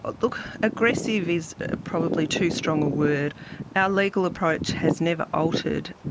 look, aggressive is probably too strong ah word. our legal approach has never altered.